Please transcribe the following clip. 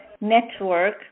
network